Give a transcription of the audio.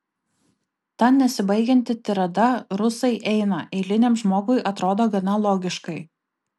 ta nesibaigianti tirada rusai eina eiliniam žmogui atrodo gana logiškai